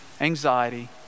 anxiety